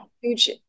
huge